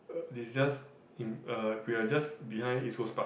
is just in uh we are just behind East Coast Park